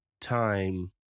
time